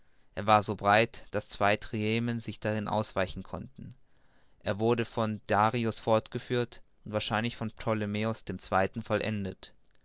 er war so breit daß zwei triremen sich darin ausweichen konnten er wurde von darius fortgeführt und wahrscheinlich von ptolemäus ii vollendet